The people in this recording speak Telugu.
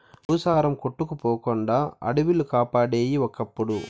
భూసారం కొట్టుకుపోకుండా అడివిలు కాపాడేయి ఒకప్పుడు